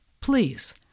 Please